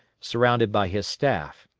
surrounded by his staff.